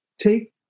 Take